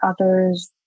others